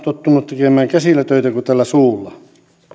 tottunut tekemään käsillä töitä kuin tällä suulla